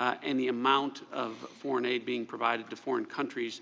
in and the amount of foreign aid being provided to foreign countries.